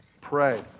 Pray